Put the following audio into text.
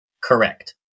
Correct